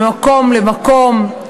ממקום למקום,